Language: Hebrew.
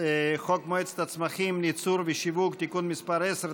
חוק מועצת הצמחים (ייצור ושיווק) (תיקון מס' 10),